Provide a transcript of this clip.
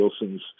Wilson's